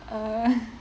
err